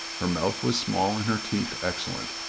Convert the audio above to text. her mouth was small and her teeth excellent.